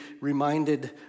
reminded